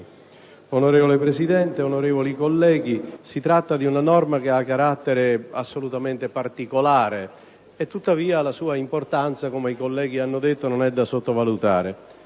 Signora Presidente, onorevoli colleghi, quella al nostro esame è una norma che ha carattere assolutamente particolare e tuttavia la sua importanza, come i colleghi hanno detto, non è da sottovalutare.